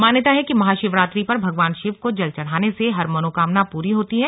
मान्यता है कि महाशिवरात्रि पर भगवान शिव को जल चढ़ाने से हर मनोकामना प्री होती है